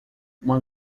uma